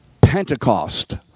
Pentecost